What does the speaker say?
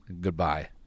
Goodbye